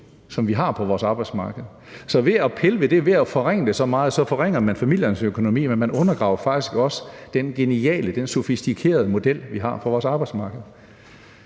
som vi har på vores arbejdsmarked. Så ved at pille ved det og ved at forringe det så meget forringer man familiernes økonomi, men man undergraver faktisk også den geniale og sofistikerede model, vi har for vores arbejdsmarked.